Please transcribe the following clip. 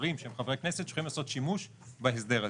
שרים שהם חברי כנסת שיכולים לעשות שימוש בהסדר הזה.